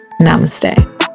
namaste